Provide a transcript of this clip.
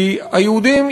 כי היהודים,